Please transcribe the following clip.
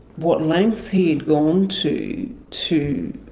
what lengths he had gone to to